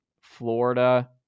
Florida